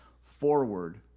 forward